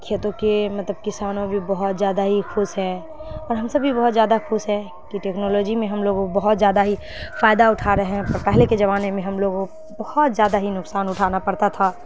کھیتوں کے مطلب کسانوں بھی بہت زیادہ ہی خوش ہیں اور ہم سب بھی بہت زیادہ خوش ہیں کہ ٹیکنالوجی میں ہم لوگ بہت زیادہ ہی فائدہ اٹھا رہے ہیں اور پہلے کے زمانے میں ہم لوگوں بہت زیادہ ہی نقصان اٹھانا پڑتا تھا